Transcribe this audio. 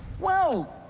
well,